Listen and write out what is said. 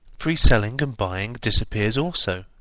free selling and buying disappears also.